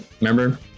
Remember